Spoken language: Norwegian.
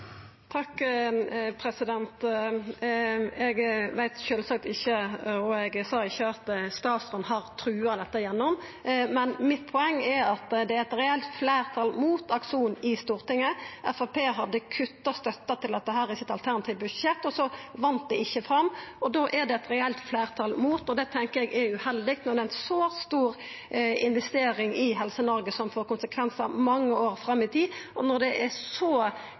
Eg veit sjølvsagt at statsråden ikkje har trua dette gjennom, det sa eg heller ikkje, men mitt poeng er at det er eit reelt fleirtal mot Akson i Stortinget. Framstegspartiet hadde kutta støtta til dette i sitt alternative budsjett, og så vann dei ikkje fram. Da er det eit reelt fleirtal imot. Eg tenkjer det er uheldig når det er ei så stor investering i Helse-Noreg, som får konsekvensar mange år fram i tid. Når det er så